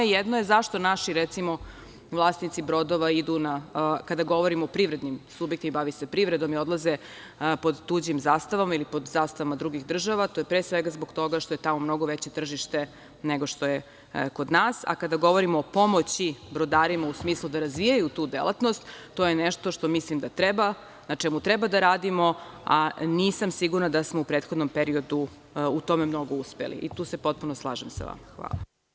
Jedna je zašto naši recimo, vlasnici brodova, kada govorim o privrednim subjektima, bave se privredom i odlaze pod tuđim zastavama ili pod zastavama drugih država, to je pre svega zbog toga što je tamo mnogo veće tržište nego što je kod nas, a kada govorimo o pomoći brodarima u smislu da razvijaju tu delatnost to je nešto što mislim da treba, na čemu treba da radimo, a nisam sigurna da smo u prethodnom periodu u tome mnogo uspeli i tu se potpuno slažem sa vama.